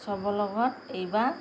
চবৰে লগত এইবাৰ